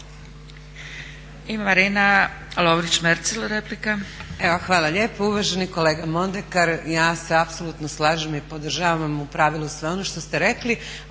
Marina (Nezavisni)** Evo hvala lijepo. Uvaženi kolega Mondekar, ja se apsolutno slažem i podržavam u pravilu sve ono što ste rekli.